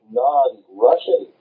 non-Russian